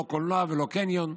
לא קולנוע ולא קניון.